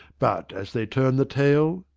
but, as they turn the tale,